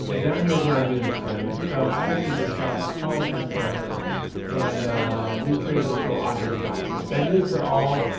and down here is where i'm doing the targeting. so i actually just got off a call with this client and we created this little audience documents. i do this for all,